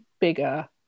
bigger